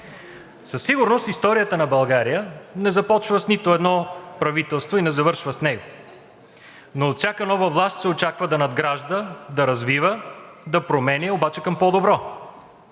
Със сигурност историята на България не започва с нито едно правителство и не завършва с него, но от всяка нова власт се очаква да надгражда, да развива, да променя обаче към по-добро.